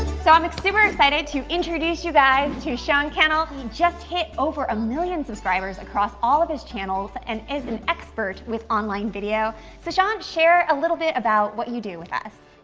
so, i'm like super excited to introduce you guys to sean cannell. he just hit over a million subscribers across all of his channels and is an expert with online video. video. so, sean, share a little bit about what you do with us.